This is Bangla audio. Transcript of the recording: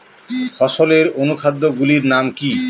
ফসলের অনুখাদ্য গুলির নাম কি?